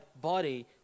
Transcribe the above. body